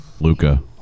Luca